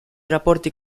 rapporti